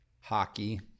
Hockey